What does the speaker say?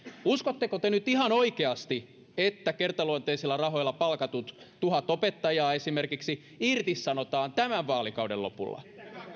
uskotteko te nyt ihan oikeasti että esimerkiksi kertaluonteisilla rahoilla palkatut tuhat opettajaa irtisanotaan tämän vaalikauden lopulla